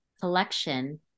collection